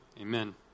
amen